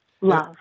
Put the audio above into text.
love